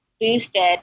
boosted